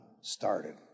started